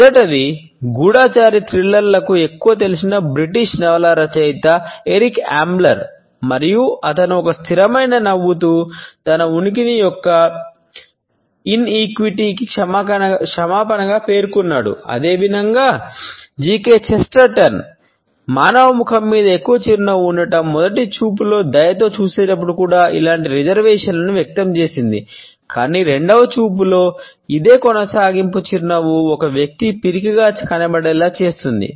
మొదటిది గూడచారి థ్రిల్లర్లకు వ్యక్తం చేసింది కాని రెండవ చూపులో ఇదే కొనసాగింపు చిరునవ్వు ఒక వ్యక్తి పిరికిగా కనబడేలా చేస్తుంది